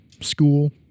school